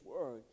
Word